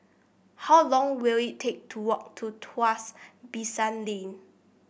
how long will it take to walk to Tuas Basin Lane